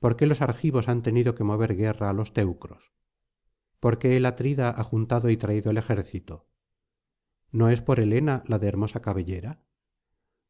por qué los argivos han tenido que mover guerra á los teucros por qué el atrida ha juntado y traído el ejército no es por helena la de hermosa cabellera